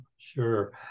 Sure